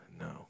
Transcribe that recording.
No